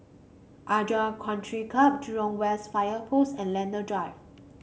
Country Club Jurong West Fire Post and Lentor Drive